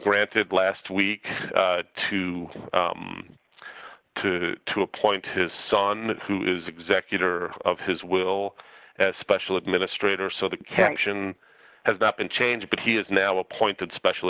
granted last week to to to appoint his son who is executor of his will as a special administrator so the caption has not been changed but he is now appointed special